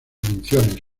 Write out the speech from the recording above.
menciones